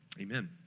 Amen